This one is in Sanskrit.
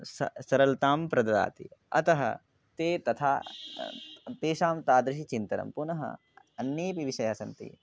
स सरळतां प्रददाति अतः ते तथा तेषां तादृशं चिन्तनं पुनः अन्येऽपि विषयाः सन्ति